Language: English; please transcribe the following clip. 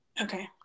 okay